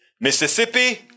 Mississippi